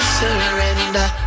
surrender